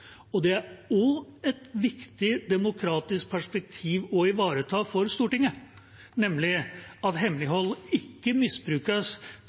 Det er også et viktig demokratisk perspektiv å ivareta for Stortinget, nemlig at hemmelighold ikke misbrukes